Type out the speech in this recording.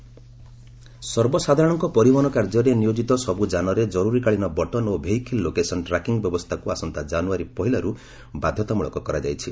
ଗମେଣ୍ଟ vehicle device ସର୍ବସାଧାରଣଙ୍କ ପରିବହନ କାର୍ଯ୍ୟରେ ନିୟୋଜିତ ସବୁ ଯାନରେ ଜରୁରୀକାଳୀନ ବଟନ୍ ଓ ଭେହିକିଲ୍ ଲୋକେସନ୍ ଟ୍ରାକିଂ ବ୍ୟବସ୍ଥାକୁ ଆସନ୍ତା ଜାନୁୟାରୀ ପହିଲାରୁ ବାଧ୍ୟତାମୂଳକ କରାଯାଇଛି